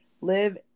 live